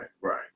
Right